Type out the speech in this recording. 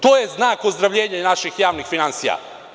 To je znak ozdravljenja naših javnih finansija.